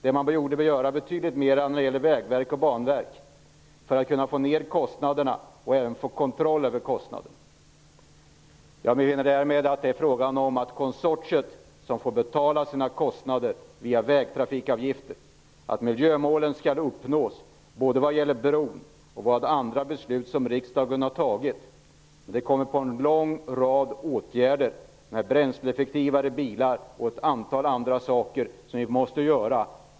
Det är någonting man borde göra i betydande högre grad när det gäller Vägverket och Banverket för att kunna få ned kostnaderna och även få kontroll över kostnaderna. Det är konsortiet som får betala sina kostnader via vägtrafikavgifter. Miljömålen skall uppnås vad gäller bron och andra beslut som riksdagen har fattat. Det är en lång rad åtgärder - bränsleeffektivare bilar och ett antal andra saker - som måste vidtas.